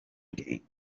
again